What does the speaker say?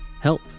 help